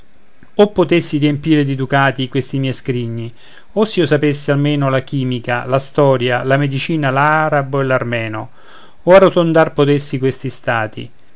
oh potessi riempire di ducati questi miei scrigni o s'io sapessi almeno la chimica la storia la medicina l'arabo l'armeno o arrotondar potessi questi stati